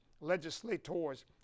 legislators